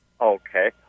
Okay